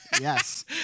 yes